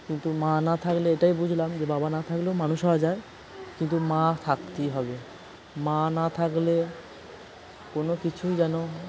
কিন্তু মা না থাকলে এটাই বুঝলাম যে বাবা না থাকলেও মানুষ হওয়া যায় কিন্তু মা থাকতেই হবে মা না থাকলে কোনো কিছুই যেন